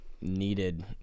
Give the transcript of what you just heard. needed